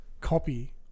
copy